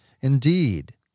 Indeed